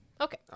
Okay